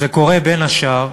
זה קורה, בין השאר,